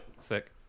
Sick